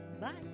Bye